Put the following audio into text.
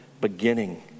beginning